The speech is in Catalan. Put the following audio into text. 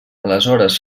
aleshores